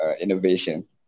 innovation